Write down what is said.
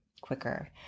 quicker